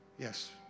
Yes